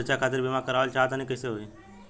हम शिक्षा खातिर बीमा करावल चाहऽ तनि कइसे होई?